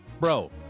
Bro